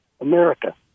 America